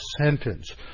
sentence